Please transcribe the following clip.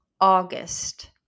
August